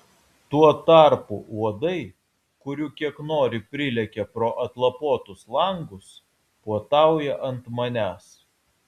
tuo tarpu uodai kurių kiek nori prilekia pro atlapotus langus puotauja ant manęs